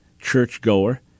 churchgoer